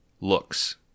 looks